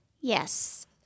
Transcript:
Yes